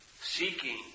seeking